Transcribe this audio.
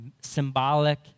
symbolic